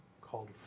called